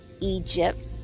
Egypt